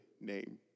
name